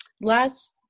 last